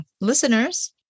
listeners